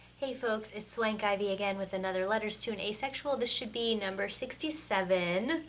hey folks, it's swankivy again with another letters to an asexual. this should be number sixty seven.